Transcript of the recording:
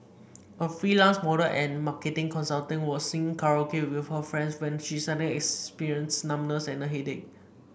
a freelance model and marketing consultant was singing karaoke with her friends when she suddenly experienced numbness and a headache